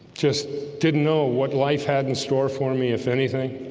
just didn't know what life had in store for me if anything